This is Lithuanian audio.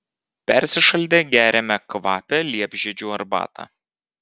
persišaldę geriame kvapią liepžiedžių arbatą